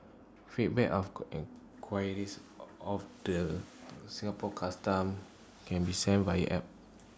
feedback of queries of the Singapore Customs can be sent via app